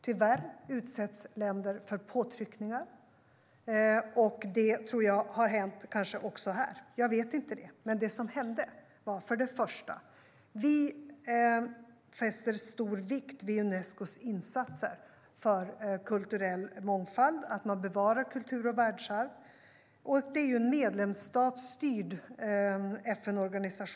Tyvärr utsätts länder för påtryckningar, och det tror jag kanske har hänt också här även om jag inte vet det. Unesco är en medlemsstatsstyrd och normativ FN-organisation med en styrelse bestående av 58 länder, och vi sitter där på ett fyraårigt mandat.